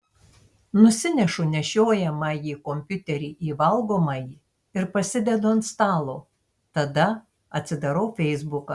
nusinešu nešiojamąjį kompiuterį į valgomąjį ir pasidedu ant stalo tada atsidarau feisbuką